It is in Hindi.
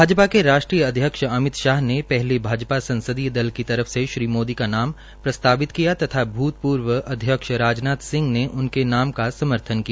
भाजपा के राष्ट्रीय अध्यक्ष अमित शाह ने पहले भाजपा संसदीय दल की तरफ से श्री मोदी का नाम प्रस्तावित किया तथा भूतपूर्व अध्यक्ष राजनाथ सिंह ने उनके नाम का समर्थन किया